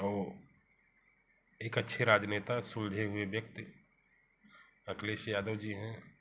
और एक अच्छे राजनेता सुलझे हुए व्यक्ति अखिलेश यादव जी हैं